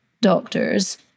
doctors